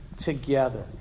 together